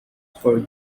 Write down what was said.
for